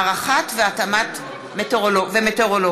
הערכת ההתאמה והמטרולוגיה.